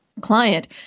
Client